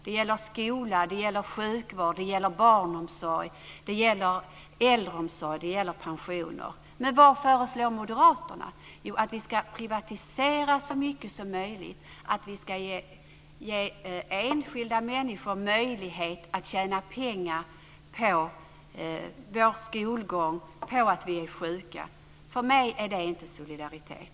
Det gäller skola, sjukvård, barnomsorg, äldreomsorg och pensioner. Vad föreslår moderaterna? Jo, att vi ska privatisera så mycket som möjligt, att vi ska ge enskilda människor möjlighet att tjäna pengar på vår skolgång och på att vi är sjuka. För mig är det inte solidaritet.